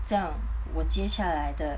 这样我接下来的